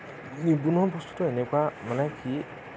নিবনুৱা বস্তুটো এনেকুৱা মানে কি